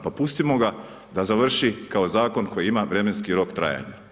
Pa pustimo ga da završi kao zakon koji ima vremenski rok trajanja.